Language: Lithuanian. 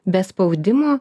be spaudimo